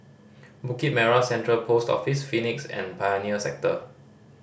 Bukit Merah Central Post Office Phoenix and Pioneer Sector